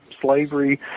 slavery